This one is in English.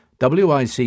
WIC